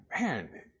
man